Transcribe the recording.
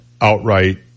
outright